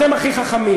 אתם הכי חכמים,